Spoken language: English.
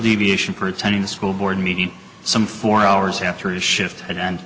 deviation pretending the school board meeting some four hours after his shift and